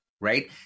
right